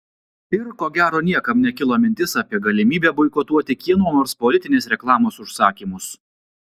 ir ko gero niekam nekilo mintis apie galimybę boikotuoti kieno nors politinės reklamos užsakymus